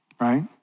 right